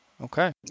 Okay